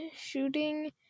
shooting